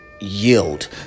yield